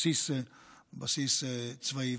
בסיס צבאי.